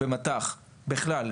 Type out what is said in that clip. במט"ח ובכלל,